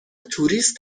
توریست